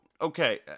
okay